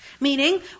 Meaning